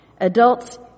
Adults